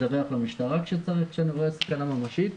מדווח למשטרה כשאני רואה סכנה ממשית.